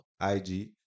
IG